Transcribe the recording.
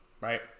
right